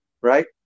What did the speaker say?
right